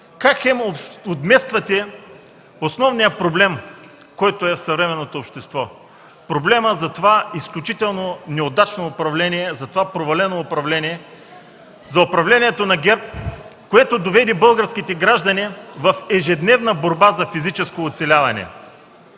как хем отмествате основния проблем, който е в съвременното общество – проблемът за това изключително неудачно управление, за това провалено управление, за управлението на ГЕРБ, което доведе българските граждани в ежедневна борба за физическо оцеляване.